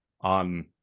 on